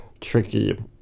tricky